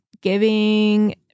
giving